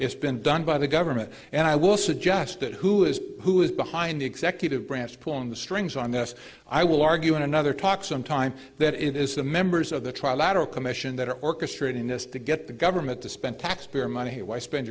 it's been done by the government and i will suggest that who is who is behind the executive branch pulling the strings on this i will argue in another talk some time that it is the members of the trilateral commission that are orchestrating this to get the government to spend taxpayer money why spend